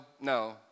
no